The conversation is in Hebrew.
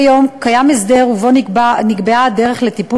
כיום קיים הסדר שבו נקבעה הדרך לטיפול